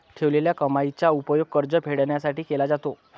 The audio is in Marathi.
ठेवलेल्या कमाईचा उपयोग कर्ज फेडण्यासाठी केला जातो